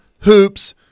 Hoops